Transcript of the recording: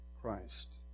Christ